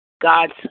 God's